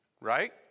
right